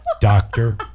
doctor